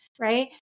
right